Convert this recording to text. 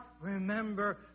remember